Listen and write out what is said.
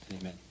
Amen